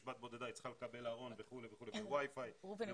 בת בודדה היא צריכה לקבל ארון ו-wi fi ומכונת כביסה --- ראובן,